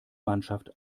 mannschaft